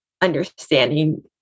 understanding